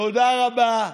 תודה רבה,